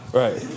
right